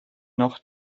noch